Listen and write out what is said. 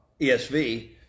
ESV